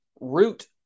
root